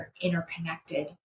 interconnected